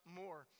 more